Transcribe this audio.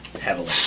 heavily